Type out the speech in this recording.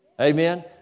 Amen